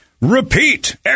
repeat